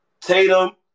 Tatum